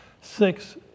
six